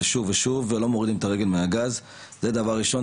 שוב ושוב לא מורידים את הרגל מהגז זה דבר ראשון.